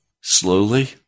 slowly